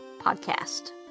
podcast